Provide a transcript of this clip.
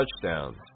touchdowns